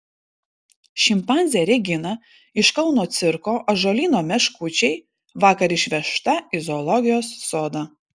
šimpanzė regina iš kauno cirko ąžuolyno meškučiai vakar išvežta į zoologijos sodą